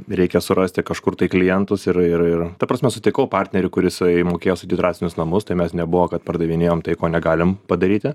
reikia surasti kažkur tai klientus ir ir ir ta prasme sutikau partnerį kur jisai mokėjo statyt rastinius namus tai mes nebuvo kad pardavinėjom tai ko negalim padaryti